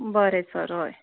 बरें सर हय